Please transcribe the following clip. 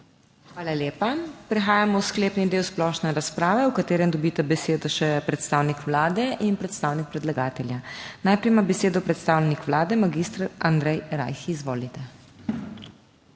Hvala lepa. Prehajamo v sklepni del splošne razprave, v katerem dobita besedo še predstavnik Vlade in predstavnik predlagatelja. Najprej ima besedo predstavnik Vlade mag. Andrej Rajh. Izvolite.